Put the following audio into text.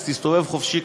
אז תסתובב חופשי,